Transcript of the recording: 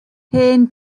hen